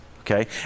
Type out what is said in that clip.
Okay